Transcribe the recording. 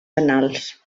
annals